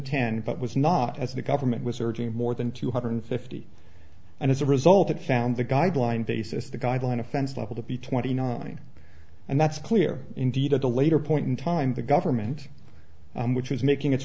ten but was not as the government was searching more than two hundred fifty and as a result it found the guideline basis the guideline offense level to be twenty nine and that's clear indeed at a later point in time the government which is making it